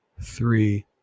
three